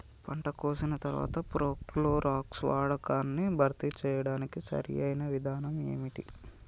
పంట కోసిన తర్వాత ప్రోక్లోరాక్స్ వాడకాన్ని భర్తీ చేయడానికి సరియైన విధానం ఏమిటి?